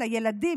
לילדים,